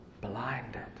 blinded